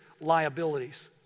liabilities